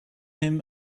him